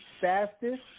fastest